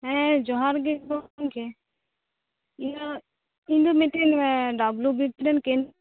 ᱦᱮᱸ ᱡᱚᱦᱟᱨ ᱜᱮ ᱜᱚᱢᱠᱮ ᱤᱭᱟ ᱤᱧᱫᱚ ᱢᱤᱫᱴᱤᱡ ᱰᱚᱵᱞᱩ ᱵᱤ ᱯᱤ ᱨᱮᱱ ᱠᱮᱱ